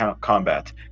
combat